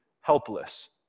helpless